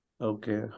Okay